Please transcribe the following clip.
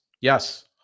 yes